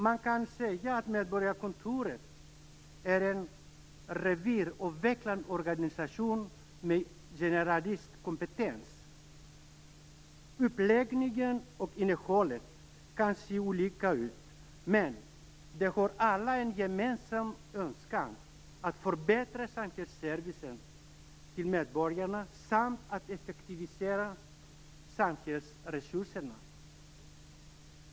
Man kan säga att medborgarkontoren är en reviravvecklad organisation med generalistkompetens. Uppläggningen och innehållet kan se olika ut, men de har alla en gemensam önskan att förbättra samhällsservicen till medborgarna samt att effektivisera samhällsresurserna.